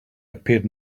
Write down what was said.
appeared